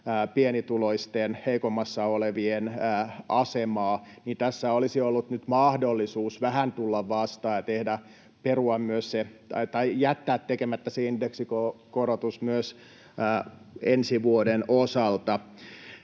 pienituloisia, heikoimmassa asemassa olevia, niin tässä olisi ollut nyt mahdollisuus vähän tulla vastaan ja jättää tekemättä se indeksikorotus myös ensi vuoden osalta.